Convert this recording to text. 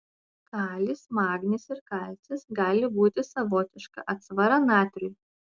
kalis magnis ir kalcis gali būti savotiška atsvara natriui